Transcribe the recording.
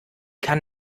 kann